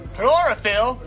Chlorophyll